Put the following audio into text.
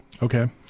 Okay